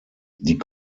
die